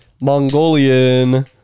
Mongolian